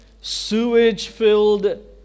sewage-filled